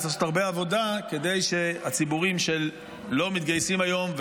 וצריך לעשות הרבה עבודה כדי שהציבורים שלא מתגייסים היום,